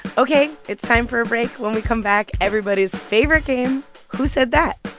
ok. it's time for a break. when we come back, everybody's favorite game who said that.